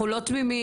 אנחנו לא תמימים.